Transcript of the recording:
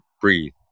breathe